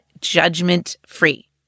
judgment-free